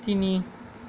তিনি